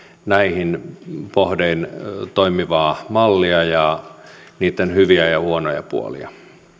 näihin pohdin toimivaa mallia ja niitten hyviä ja huonoja puolia